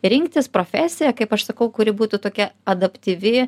rinktis profesiją kaip aš sakau kuri būtų tokia adaptyvi